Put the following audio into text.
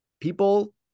People